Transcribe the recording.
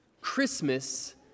Christmas